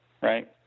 right